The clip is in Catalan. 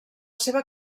seva